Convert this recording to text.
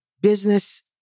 business